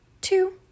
two